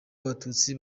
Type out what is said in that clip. abatutsi